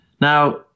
Now